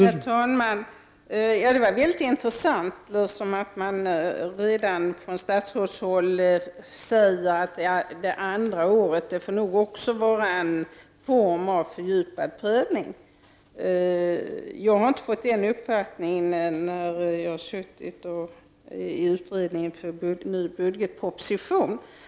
Herr talman! Detta var mycket intressant. Det låter som om man från statsrådshåll menar att det även under det andra året får ske någon form av fördjupad prövning. Jag har inte fått den uppfattningen när jag har suttit i utredningen för ny budgetproposition.